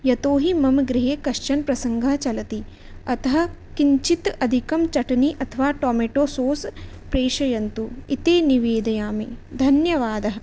यतोहि मम गृहे कश्चन प्रसङ्गः चलति अतः किञ्चित् अधिकं चट्णी अथवा टोमेटो सोस् प्रेषयन्तु इति निवेदयामि धन्यवादः